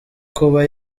kuba